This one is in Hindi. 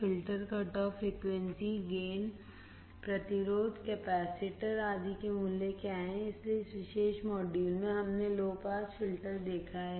filter cut off frequency gain प्रतिरोध कैपेसिटर आदि के मूल्य क्या हैं इसलिए इस विशेष मॉड्यूल में हमने लो पास फिल्टर देखा है